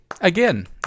Again